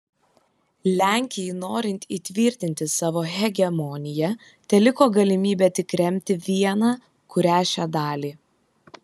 lenkijai norint įtvirtinti savo hegemoniją teliko galimybė tik remti vieną kurią šią dalį